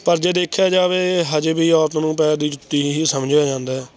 ਪਰ ਜੇ ਦੇਖਿਆ ਜਾਵੇ ਹਜੇ ਵੀ ਔਰਤ ਨੂੰ ਪੈਰ ਦੀ ਜੁੱਤੀ ਹੀ ਸਮਝਿਆ ਜਾਂਦਾ